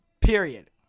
Period